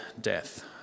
death